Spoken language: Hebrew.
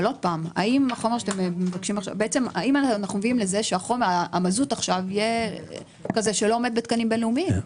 אבל האם אנחנו מגיעים לזה שהמזוט יהיה כזה שלא עומד בתקנים בין-לאומיים?